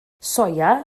soia